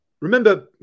Remember